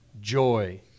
Joy